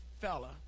fella